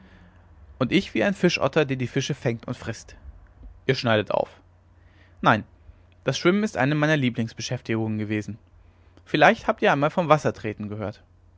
und ich wie ein fischotter der fische fängt und frißt ihr schneidet auf nein das schwimmen ist eine meiner lieblingsbeschäftigungen gewesen habt ihr vielleicht einmal vom wassertreten gehört